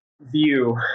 view